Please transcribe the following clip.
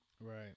right